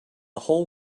whole